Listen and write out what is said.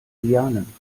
lianen